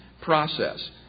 process